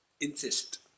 Insist